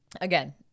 again